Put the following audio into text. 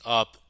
up